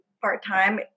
part-time